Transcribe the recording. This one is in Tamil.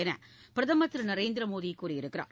என்று பிரதமர் திரு நரேந்திர மோடி கூறியிருக்கிறார்